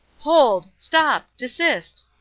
hold! stop! desist!